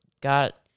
got